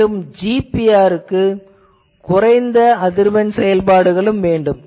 மேலும் GPR க்கு குறைந்த அதிர்வெண் செயல்பாடுகளும் வேண்டும்